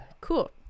Cool